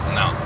no